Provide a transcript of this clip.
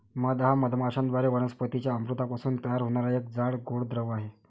मध हा मधमाश्यांद्वारे वनस्पतीं च्या अमृतापासून तयार होणारा एक जाड, गोड द्रव आहे